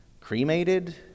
cremated